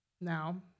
now